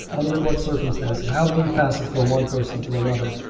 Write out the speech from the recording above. under what circumstances? how do you pass it from one person to another?